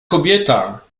kobieta